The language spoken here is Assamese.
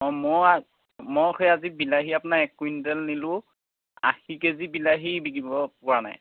অঁ মই মই সেই আজি বিলাহী আপোনাৰ এক কুইণ্টেল নিলোঁ আশী কে জি বিলাহী বিকিব পৰা নাই